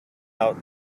out